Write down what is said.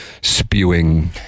spewing